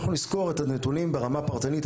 אנחנו נסקור את הנתונים ברמה הפרטנית,